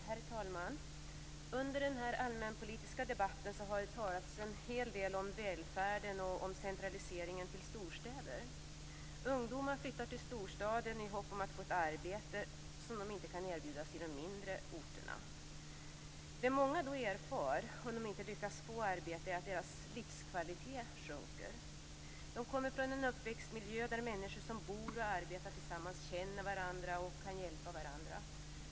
Herr talman! Under den här allmänpolitiska debatten har det talats en hel del om välfärden och om centraliseringen till storstäder. Ungdomar flyttar till storstaden i hopp om att få ett arbete som de inte kan erbjudas på de mindre orterna. Det många då erfar, om de inte lyckas få arbete, är att deras livskvalitet sjunker. De kommer från en uppväxtmiljö där människor som bor och arbetar tillsammans känner varandra och kan hjälpa varandra.